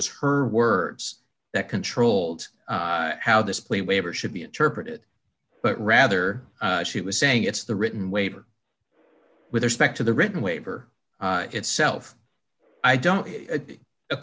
was her words that controlled how this plea waiver should be interpreted but rather she was saying it's the written waiver with respect to the written waiver itself i don't